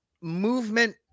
movement